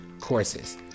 courses